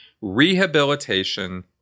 Rehabilitation